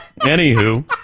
Anywho